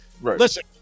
listen –